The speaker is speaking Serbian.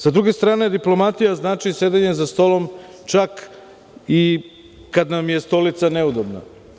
Sa druge starne, diplomatija znači sedenje za stolom čak i kada nam je stolica neudobna.